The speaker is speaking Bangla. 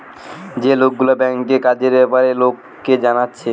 যে লোকগুলা ব্যাংকের কাজের বেপারে লোককে জানাচ্ছে